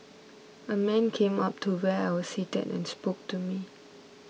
a man came up to where I was seated and spoke to me